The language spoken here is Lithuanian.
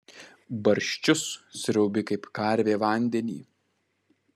barščius sriaubi kaip karvė vandenį